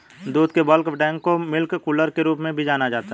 दूध के bulk tank को मिल्क कूलर के रूप में भी जाना जाता है